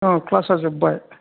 औ ख्लासा जोबबाय